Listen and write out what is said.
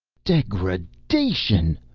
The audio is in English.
degradation!